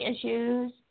issues